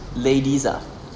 ladies ah